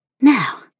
Now